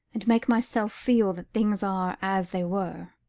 and make myself feel that things are as they were